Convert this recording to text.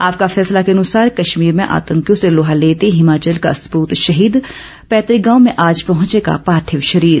आपका फैसला के अनुसार कश्मीर में आतंकियों से लोहा लेते हिमाचल का सपूत शहीद पैतृक गांव में आज पहुंचेगा पार्थिव शरीर